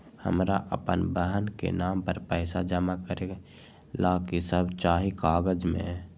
हमरा अपन बहन के नाम पर पैसा जमा करे ला कि सब चाहि कागज मे?